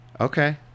Okay